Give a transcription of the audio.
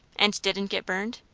and didn't get burned?